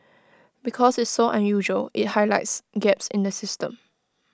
because it's so unusual IT highlights gaps in the system